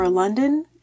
London